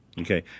Okay